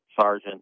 Sergeant